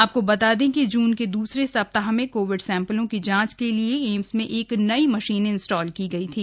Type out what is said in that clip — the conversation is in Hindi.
आपको बता दें कि जून के दूसरे सप्ताह में कोविड सैम्पलों की जांच के लिए एम्स में एक नई मशीन इन्स्टॉल की गई थी